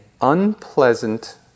unpleasant